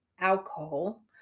alcohol